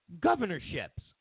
governorships